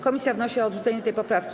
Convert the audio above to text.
Komisja wnosi o odrzucenie tej poprawki.